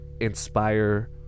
inspire